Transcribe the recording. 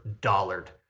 dollard